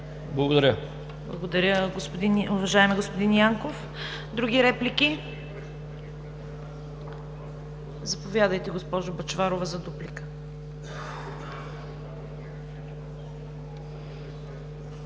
КАРАЯНЧЕВА: Благодаря, уважаеми господин Янков. Други реплики? Заповядайте, госпожо Бъчварова, за дуплика.